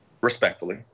respectfully